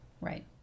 Right